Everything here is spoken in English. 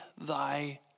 thy